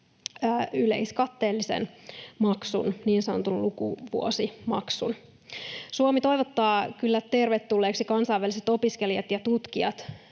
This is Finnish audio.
yleiskatteellisen maksun, niin sanotun lukuvuosimaksun. Suomi toivottaa kyllä tervetulleiksi kansainväliset opiskelijat ja tutkijat,